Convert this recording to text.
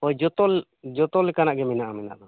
ᱦᱳᱭ ᱡᱚᱛᱚ ᱡᱚᱛᱚ ᱞᱮᱠᱟᱱᱟᱜ ᱜᱮ ᱢᱮᱱᱟᱜᱼᱟ ᱢᱮᱱᱟᱜ ᱫᱚ